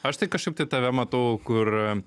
aš tai kažkaip tai tave matau kur